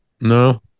No